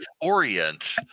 Orient